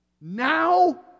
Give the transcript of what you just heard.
Now